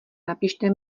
napište